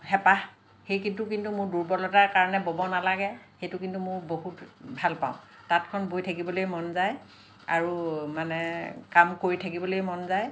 হেঁপাহ সেইটো কিন্তু মোৰ দুৰ্বলতাৰ কাৰণে বব নালাগে সেইটো কিন্তু মোৰ বহুত ভাল পাওঁ তাঁতখন বৈ থাকিবলৈ মন যায় আৰু মানে কাম কৰি থাকিবলেই মন যায়